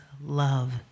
love